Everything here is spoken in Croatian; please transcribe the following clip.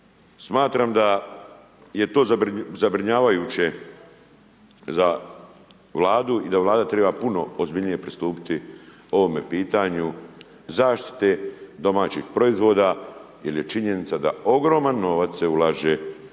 Smatram da je to zabrinjavajuće za vladu i da vlada treba puno ozbiljnije pristupiti ovome pitanju zaštite domaćih proizvoda, jer je činjenica da ogroman novac se ulaže, tj.